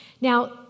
Now